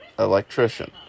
Electrician